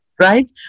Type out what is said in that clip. right